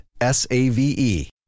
S-A-V-E